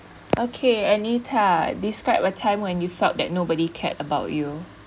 okay any time describe a time when you felt that nobody cared about you